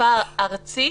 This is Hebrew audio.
"אכיפה ארצית",